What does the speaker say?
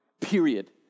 period